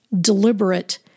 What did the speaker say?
deliberate